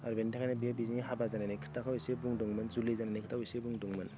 आरो बेनि थाखायनो बेयो बिनि हाबा जालायनायनि खोथाखौ एसे बुंदोंमोन जुलि जानाय खोथाखौ एसे बुंदोंमोन